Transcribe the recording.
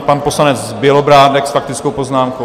Pan poslanec Bělobrádek s faktickou poznámkou.